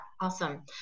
Awesome